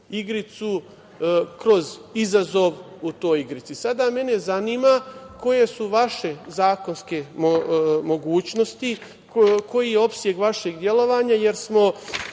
igricu kroz izazov u toj igrici. Sada mene zanima koje su vaše zakonske mogućnosti, koji je opseg vašeg delovanja, jer smo